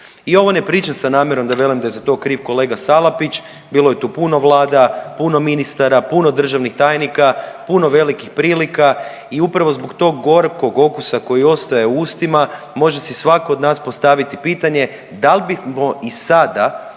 i ovo ne pričam sa namjerom da velim da je za to kriv kolega Salapić, bilo je tu puno vlada, puno ministara, puno državnih tajnika, puno velikih prilika i i upravo zbog tog gorkog okusa koji ostaje u ustima može si svatko od nas postaviti pitanje da li bi i sada